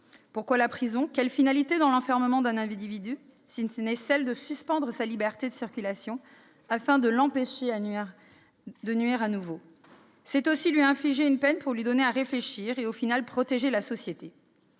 Pourquoi la prison ? Quelle finalité dans l'enfermement d'un individu, si ce n'est celle de suspendre sa liberté de circulation, afin de l'empêcher de nuire de nouveau ? C'est aussi lui infliger une peine pour lui donner à réfléchir et au final protéger la société.